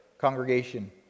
congregation